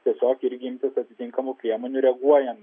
tiesiog ir imtis atitinkamų priemonių reaguojant